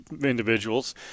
individuals